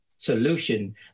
solution